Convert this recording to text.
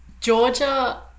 Georgia